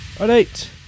Alright